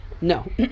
no